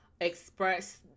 express